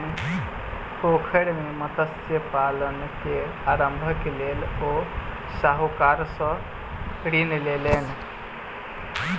पोखैर मे मत्स्य पालन के आरम्भक लेल ओ साहूकार सॅ ऋण लेलैन